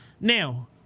Now